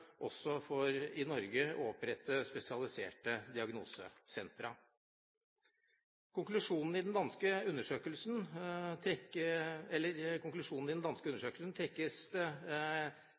også i Norge å opprette spesialiserte diagnosesentre. Konklusjonen man i den danske undersøkelsen trekker, er at man føler at den understøtter at det